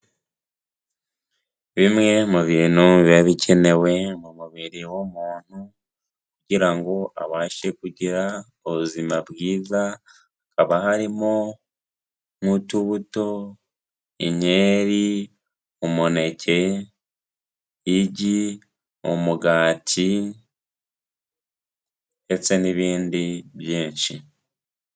Bimwe mu bintu biba bikenewe mu mubiri w'umuntu, kugira ngo abashe kugira ubuzima bwiza, hakaba harimo nk'utubuto, inkeri, umuneke, igi, umugati, ndetse n'ibindi byinshi.